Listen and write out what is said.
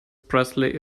presley